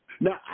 Now